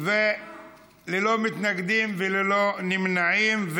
ללא מתנגדים וללא נמנעים,